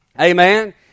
Amen